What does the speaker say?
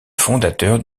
fondateur